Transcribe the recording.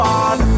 on